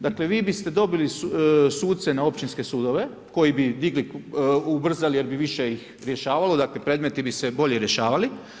Dakle, vi biste dobili suce na općinske sudove, koji bi digli, ubrzali jer bi ih više rješavalo, dakle, predmeti bi se bolje rješavali.